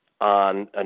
on